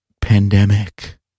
pandemic